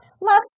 love